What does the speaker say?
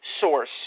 source